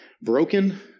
broken